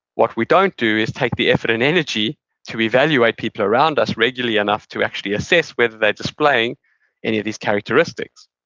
what we don't do is take the effort and energy to evaluate people around us regularly enough to actually assess whether they're displaying any of these characteristics